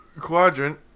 quadrant